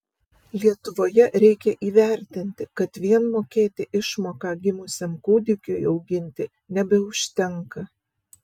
lietuvoje reikia įvertinti kad vien mokėti išmoką gimusiam kūdikiui auginti nebeužtenka